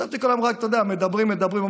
חשבתי שכל היום רק, אתה יודע, מדברים, מדברים.